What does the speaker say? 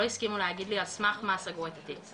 לא הסכימו להגיד לי על סמך מה סגרו את התיק,